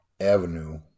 avenue